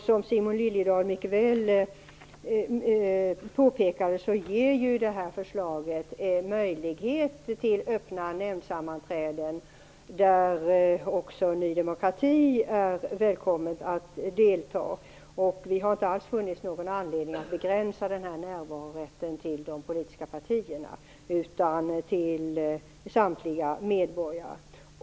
Som Simon Liliedahl påpekade ger ju det här förslaget en möjlighet till öppna nämndsammanträden där även Ny demokrati är välkommet att delta. Vi har inte funnit någon anledning att begränsa närvarorätten till de politiska partierna, utan den gäller samtliga medborgare.